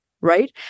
right